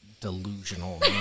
delusional